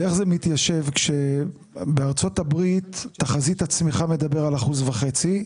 ואיך זה מתיישב כשבארצות הברית תחזית הצמיחה מדבר על אחוז וחצי.